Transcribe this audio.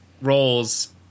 roles